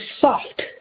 soft